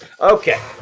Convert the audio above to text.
Okay